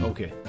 Okay